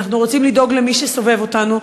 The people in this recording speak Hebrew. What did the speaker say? אנחנו רוצים לדאוג למי שסובב אותנו,